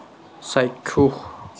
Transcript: চাক্ষুষ